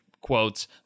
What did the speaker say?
quotes